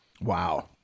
Wow